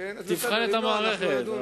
תבחן את המערכת,